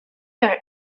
are